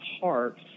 heart